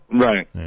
Right